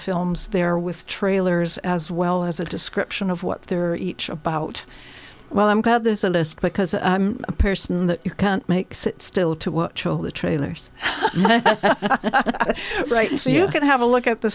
films there with trailers as well as a description of what they're each about well i'm glad there's a list because a person that you can't makes it still to what chal the trailers so you can have a look at the